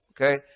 okay